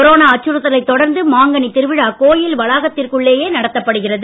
corona அச்சுறுத்தலை தொடர்ந்து மாங்கனி திருவிழா கோயில் வளாகத்திற்குள்ளேயே நடத்தப்படுகிறது